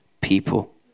people